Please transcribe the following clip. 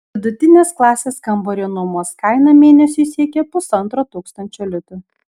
vidutinės klasės kambario nuomos kaina mėnesiui siekia pusantro tūkstančio litų